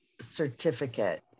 certificate